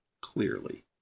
clearly